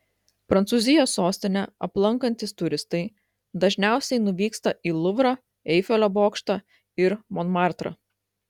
prancūzijos sostinę aplankantys turistai dažniausiai nuvyksta į luvrą eifelio bokštą ir monmartrą